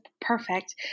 perfect